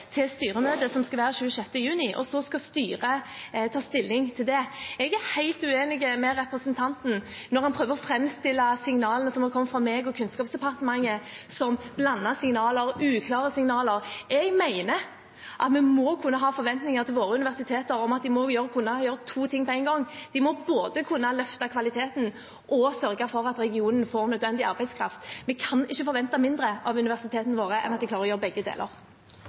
til styremøtet, som skal være 26. juni, og så skal styret ta stilling til det. Jeg er helt uenig med representanten når han prøver å framstille signalene som har kommet fra meg og Kunnskapsdepartementet, som blandede og uklare signaler. Jeg mener at vi må kunne ha forventninger til at våre universiteter kan gjøre to ting på én gang: De må både kunne løfte kvaliteten og sørge for at regionen får nødvendig arbeidskraft. Vi kan ikke forvente mindre av universitetene våre enn at de klarer å gjøre begge deler.